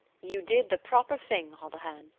you did the proper thing, holohan,